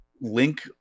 Link